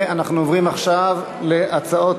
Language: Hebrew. אנחנו עוברים עכשיו להצעות